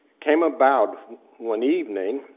came about one evening,